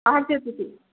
हजुर दिदी